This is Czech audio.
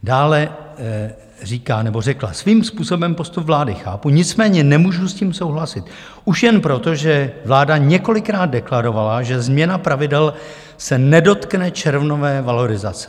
Dále řekla: Svým způsobem postup vlády chápu, nicméně nemůžu s tím souhlasit, už jen proto, že vláda několikrát deklarovala, že změna pravidel se nedotkne červnové valorizace.